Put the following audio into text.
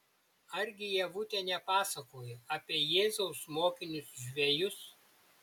argi ievutė nepasakojo apie jėzaus mokinius žvejus